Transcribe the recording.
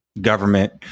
government